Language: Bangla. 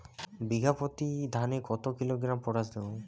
বিঘাপ্রতি ধানে কত কিলোগ্রাম পটাশ দেবো?